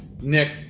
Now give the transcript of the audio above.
Nick